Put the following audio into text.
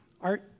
art